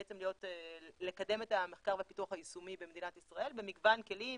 בעצם לקדם את המחקר והפיתוח היישומיים במדינת ישראל במגוון כלים,